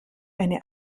eine